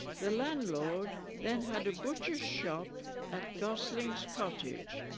the landlord then had a butcher's shop at gosling's cottage